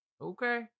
Okay